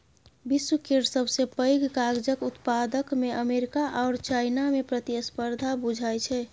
विश्व केर सबसे पैघ कागजक उत्पादकमे अमेरिका आओर चाइनामे प्रतिस्पर्धा बुझाइ छै